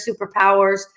superpowers